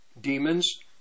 Demons